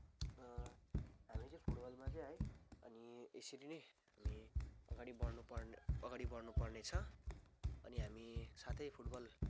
हामी चाहिँ फुटबलमा चाहिँ है अनि यसरी नै हामी अगाडि बढ्नुपर्ने अगाडि बढ्नुपर्नेछ अनि हामी साथै फुटबल